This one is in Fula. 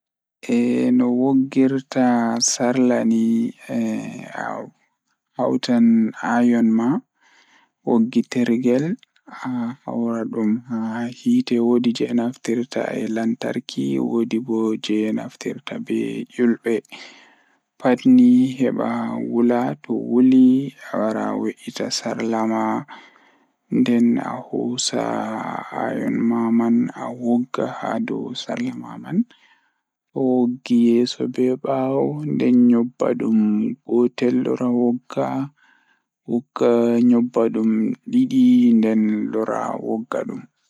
Jokkondir yiɓɓe e caɗeele ngam sabu, miɗo njiddaade nder temperature ngal ɗum waawataa kadi ngam waɗtude pants ɗee. Njidi pants ngal e bismila sabu nguurndam. Walla jokkondir iron ngal e sabu so tawii njillataa njiddude e siki. Njiddaade kaŋko he pants ngal ɗum njiddude nder sabu ɗiɗi, ko ngam njiddaade kaŋko ndaarayde.